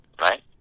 right